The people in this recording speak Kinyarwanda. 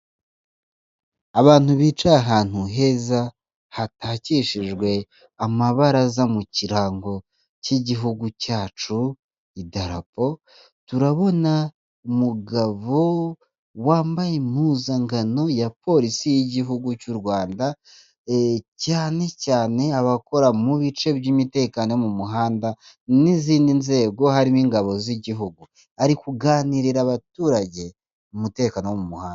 Abantu bicaye ahantu heza hatakishijwe amabaraza mu kirango cy'Igihugu cyacu idarapo, turabona umugabo wambaye impuzankano ya Polisi y'Igihugu cy'u Rwanda, cyane cyane abakora mu bice by'imitekano mu muhanda n'izindi nzego harimo ingabo z'Igihugu, ari kuganirira abaturage umutekano wo mu muhanda.